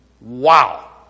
Wow